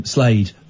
Slade